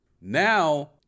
Now